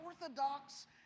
Orthodox